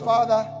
Father